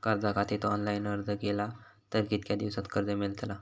कर्जा खातीत ऑनलाईन अर्ज केलो तर कितक्या दिवसात कर्ज मेलतला?